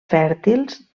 fèrtils